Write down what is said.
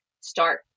start